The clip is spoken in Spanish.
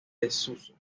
desuso